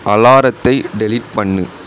அலாரத்தை டெலீட் பண்ணு